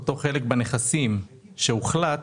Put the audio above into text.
אותו חלק בנכסים שהוחלט,